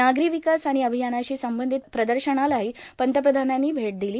नागरी विकास अभियानाशी संबंधित प्रदर्शनालाही पंतप्रधानांनी भेट दिली